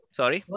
sorry